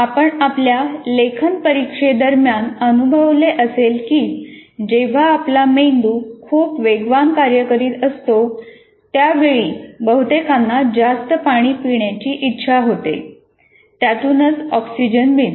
आपण आपल्या लेखन परीक्षेदरम्यान अनुभवले असेल की जेव्हा आपला मेंदू खूप वेगवान कार्य करीत असतो त्यावेळी बहुतेकांना जास्त पाणी पिण्याची इच्छा होते त्यातूनच ऑक्सिजन मिळतो